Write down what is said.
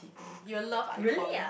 you will love ikon